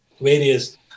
various